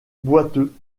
boiteux